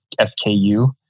SKU